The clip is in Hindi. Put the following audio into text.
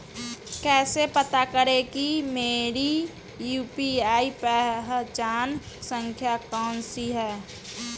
कैसे पता करें कि मेरी यू.पी.आई पहचान संख्या कौनसी है?